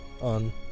on